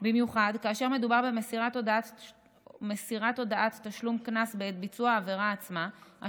במיוחד כאשר מדובר במסירת הודעת תשלום קנס בעת ביצוע העבירה עצמה,